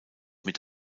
mit